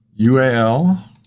UAL